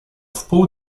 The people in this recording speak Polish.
wpół